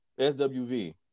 SWV